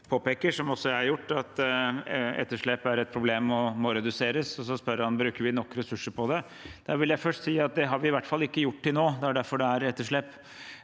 som også jeg har gjort, at etterslepet er et problem og må reduseres. Så spør han: Bruker vi nok ressurser på det? Da vil jeg først si at det har vi i hvert fall ikke gjort til nå, det er derfor det er etterslep.